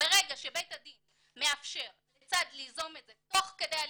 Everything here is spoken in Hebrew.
ברגע שבית הדין מאפשר לצד ליזום את זה תוך כדי הליכים,